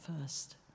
first